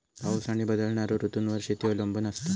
पाऊस आणि बदलणारो ऋतूंवर शेती अवलंबून असता